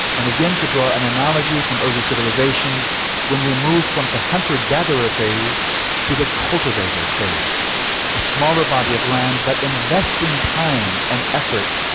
and again to draw an analogy from early civilisation when we moved from the hunter gatherer phase to the cultivator phase a smaller body of land but investing time and effort,